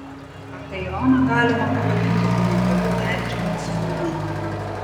apeironą galima pavadinti unikaliu teatriniu fenomenu